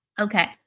Okay